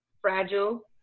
fragile